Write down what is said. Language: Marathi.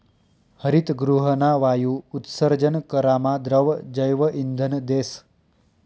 हरितगृहना वायु उत्सर्जन करामा द्रव जैवइंधन देस